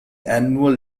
annual